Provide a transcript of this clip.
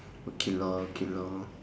okay lor K lor